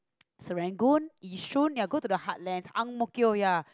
Serangoon Yishun ya go to the heartlands Ang-Mo-Kio ya